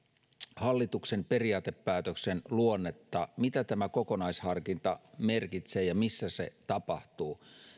hallituksen periaatepäätöksen luonteesta mitä tämä kokonaisharkinta merkitsee ja missä se tapahtuu